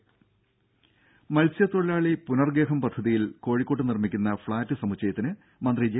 രംഭ മത്സ്യത്തൊഴിലാളി പുനർഗേഹം പദ്ധതിയിൽ കോഴിക്കോട്ട് നിർമ്മിക്കുന്ന ഫ്ളാറ്റ് സമുച്ചയത്തിന് മന്ത്രി ജെ